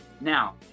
now